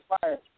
fire